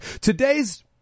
today's